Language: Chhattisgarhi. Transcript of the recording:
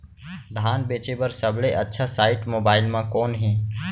धान बेचे बर सबले अच्छा साइट मोबाइल म कोन हे?